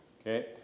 Okay